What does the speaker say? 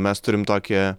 mes turime tokį